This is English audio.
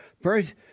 first